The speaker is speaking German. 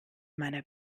meiner